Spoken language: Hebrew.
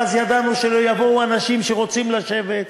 ואז ידענו שלא יבואו אנשים שרוצים לשבת,